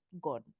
gone